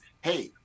hey